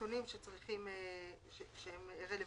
יש פה פירוט של אותם נתונים שצריכים שהם רלוונטיים.